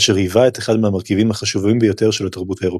אשר היווה את אחד מהמרכיבים החשובים ביותר של התרבות האירופאית.